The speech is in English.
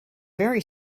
very